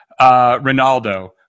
Ronaldo